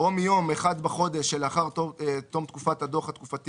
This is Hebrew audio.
"או מיום 1 בחודש שלאחר תום תקופת הדוח התקופתי